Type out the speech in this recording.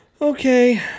Okay